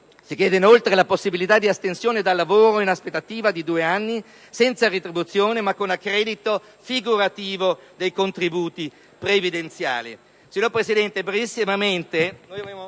30 per cento; - la possibilità di astensione dal lavoro in aspettativa di due anni, senza retribuzione, ma con accredito figurativo dei contributi previdenziali